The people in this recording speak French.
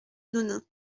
nonains